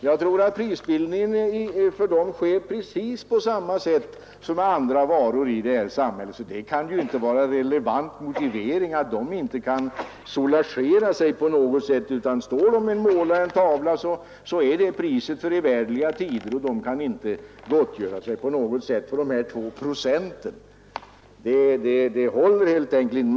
Jag tror att prisbildningen för dem sker på precis samma sätt som när det gäller andra varor i det här samhället. Så det kan inte vara en relevant motivering att konstnärerna inte kan soulagera sig på något sätt — står de och målar en tavla skulle den alltså vara prissatt för evärdliga tider och de skulle inte på något sätt kunna gottgöra sig ersättning för de här 2 procenten! Det håller helt enkelt inte.